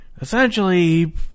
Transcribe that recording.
essentially